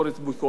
פתרונות.